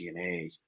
DNA